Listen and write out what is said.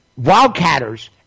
wildcatters